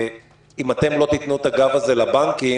אם אתם לא תתנו את הגב הזה לבנקים,